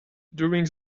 during